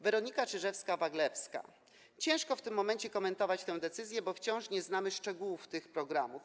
Weronika Czyżewska-Waglowska: Ciężko w tym momencie komentować tę decyzję, bo wciąż nie znamy szczegółów tych programów.